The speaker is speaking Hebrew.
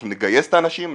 אנחנו נגייס את האנשים,